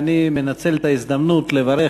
אני מנצל את ההזדמנות לברך